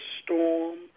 storm